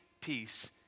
peace